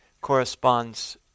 corresponds